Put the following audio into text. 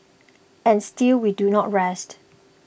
and still we do not rest